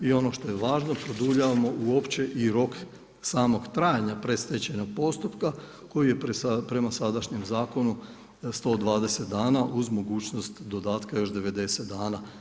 I ono što je važno produljavamo uopće i rok samog trajanja predstečajnog postupka koji je prema sadašnjem zakonu 120 dana uz mogućnost dodatka još 90 dana.